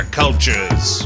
cultures